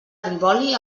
rivoli